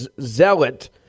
zealot